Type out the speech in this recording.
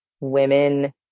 women